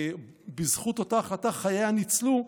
ובזכות אותה החלטה חייה ניצלו,